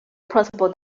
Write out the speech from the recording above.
principal